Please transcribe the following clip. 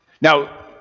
Now